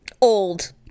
Old